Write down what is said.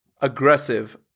aggressive